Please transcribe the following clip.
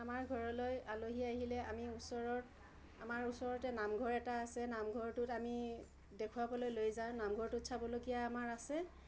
আমাৰ ঘৰলৈ আলহী আহিলে আমি ওচৰত আমাৰ ওচৰতে নামঘৰ এটা আছে নামঘৰটোত আমি দেখুৱাবলৈ লৈ যাওঁ নামঘৰটোত চাবলগীয়া আমাৰ আছে